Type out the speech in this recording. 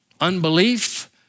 unbelief